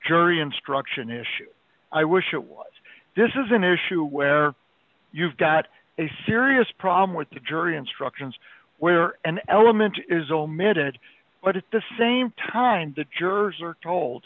jury instruction issue i wish it was this is an issue where you've got a serious problem with the jury instructions where an element is omitted but at the same time the jurors are told